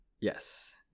yes